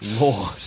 Lord